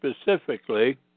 specifically